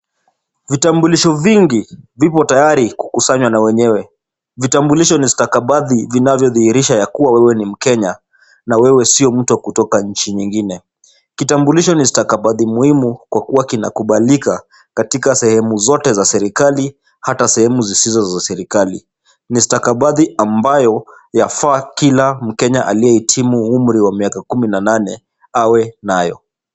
Vitambulisho vingi vipo tayari kukusanywa na wenyewe. Vitambulisho ni stakabadhi vinavyodhihirisha kuwa wewe ni mkenya na wewe sio mtu wa kutoka nchi nyingine. Kitambulisho ni stakabadhi muhimu kwa kuwa kinakubalika katika sehemu zote za serikali hata sehemu zisizo za serikali. Ni stakabadhi ambayo yafaa kila mkenya aliyehitimu umri wa miaka kumi na nane awe nayo.